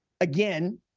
Again